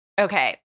Okay